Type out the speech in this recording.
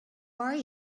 are